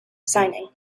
signing